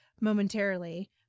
momentarily